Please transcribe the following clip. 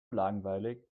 langweilig